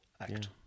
act